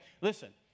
Listen